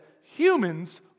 humans